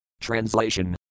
Translation